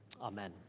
Amen